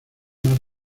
más